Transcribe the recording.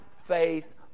faith